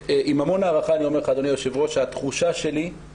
עם המון הערכה אני אומר לך אדוני היושב ראש שהתחושה שלי היא